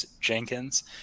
Jenkins